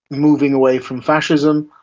moving away from fascism,